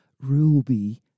ruby